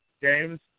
James